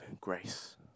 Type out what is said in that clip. grace